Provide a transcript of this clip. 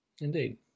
Indeed